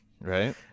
right